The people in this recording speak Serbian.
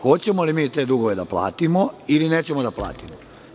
Hoćemo li mi te dugove da platimo ili nećemo da platimo?